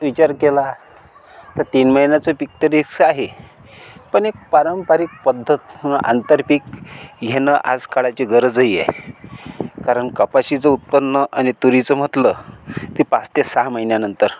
विचार केला तर तीन महिन्याचे पिक त् रिस्क आहे पण एक पारंपरिक पद्धत न आंतरपिक घेणं आज काळाची गरजही आहे कारण कपाशीचं उत्पन्न आणि तुरीचं म्हटलं ते पाच ते सहा महिन्यानंतर